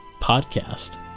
podcast